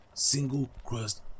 single-crust